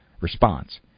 response